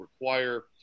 require